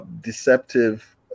deceptive